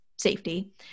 safety